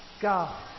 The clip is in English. God